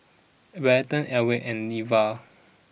Barton Ely and Neva